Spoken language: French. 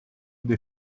des